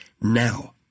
now